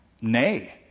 Nay